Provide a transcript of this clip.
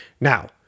now